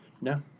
No